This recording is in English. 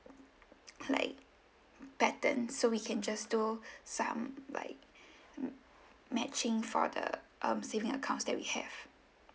like pattern so we can just do some like matching for the um saving accounts that we have